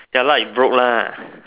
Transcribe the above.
ya like it broke lah